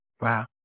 Wow